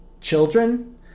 children